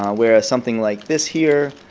ah whereas something like this here,